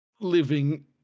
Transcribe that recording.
living